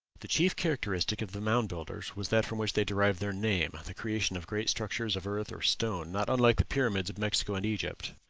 the chief characteristic of the mound builders was that from which they derived their name the creation of great structures of earth or stone, not unlike the pyramids of mexico and egypt.